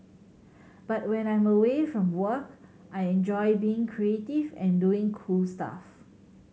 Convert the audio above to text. but when I'm away from work I enjoy being creative and doing cool stuff